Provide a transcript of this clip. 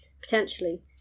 potentially